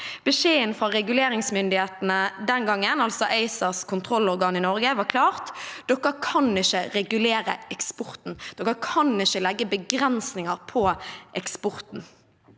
Beskjeden fra reguleringsmyndighetene den gangen, altså ESAs kontrollorgan i Norge, var klar: Dere kan ikke regulere eksporten. Dere kan ikke legge begrensninger på eksporten.